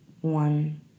one